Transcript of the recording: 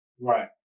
Right